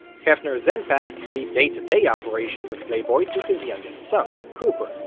hefner then passed the day-to-day operations of playboy to his youngest son, cooper,